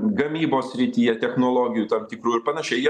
gamybos srityje technologijų tarp tikrų ir panašiai jie